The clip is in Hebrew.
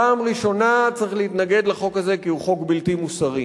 פעם ראשונה צריך להתנגד לחוק הזה כי הוא חוק בלתי מוסרי,